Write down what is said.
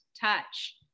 touch